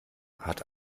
hat